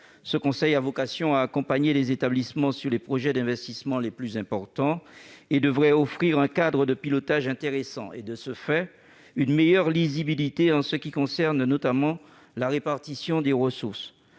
lequel a vocation à accompagner les établissements sur les projets d'investissements les plus importants et devrait offrir un cadre de pilotage intéressant et, de ce fait, une meilleure lisibilité en ce qui concerne, notamment, la répartition des ressources.